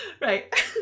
Right